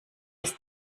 ist